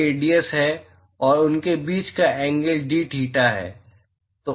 तो यह रेडियस है और उनके बीच का एंगल d थीटा है